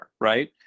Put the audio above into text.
right